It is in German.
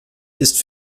ist